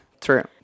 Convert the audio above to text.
True